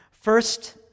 First